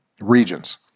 regions